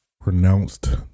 pronounced